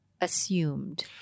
assumed